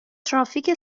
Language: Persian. ترافیک